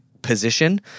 position